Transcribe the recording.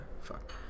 fuck